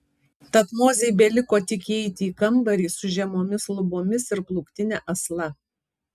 tad mozei beliko tik įeiti į kambarį su žemomis lubomis ir plūktine asla